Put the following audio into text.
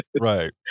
Right